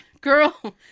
Girl